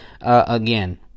Again